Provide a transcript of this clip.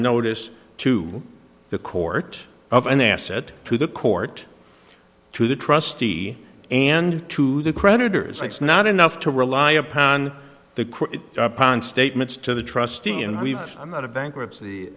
notice to the court of an asset to the court to the trustee and to the creditors it's not enough to rely upon the statements to the trustee and we've i'm not a bankruptcy